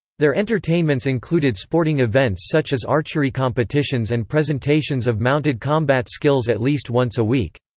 their entertainments included sporting events such as archery competitions and presentations of mounted combat skills at least once a week.